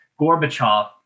Gorbachev